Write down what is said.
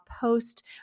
Post